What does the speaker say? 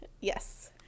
Yes